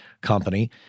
company